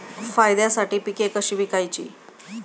फायद्यासाठी पिके कशी विकायची?